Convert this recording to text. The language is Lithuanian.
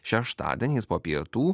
šeštadieniais po pietų